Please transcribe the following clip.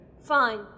Fine